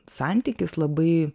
santykis labai